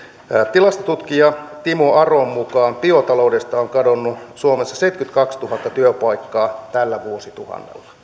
tilastotutkija timo aron mukaan biotaloudesta on kadonnut suomessa seitsemänkymmentäkaksituhatta työpaikkaa tällä vuosituhannella